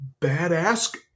badass